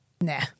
Nah